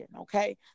okay